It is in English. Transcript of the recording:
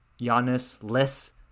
Giannis-less